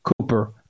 Cooper